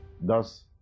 Thus